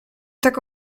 tak